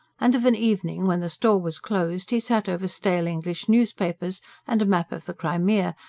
and of an evening, when the store was closed, he sat over stale english newspapers and a map of the crimea,